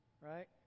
right